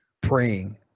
praying